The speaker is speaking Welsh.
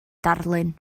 darlun